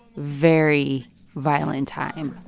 very violent time.